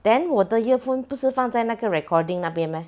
then 我的 earphone 不是放在那个 recording 那边 meh